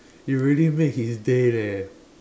you really make his day leh